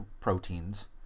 proteins